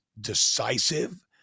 decisive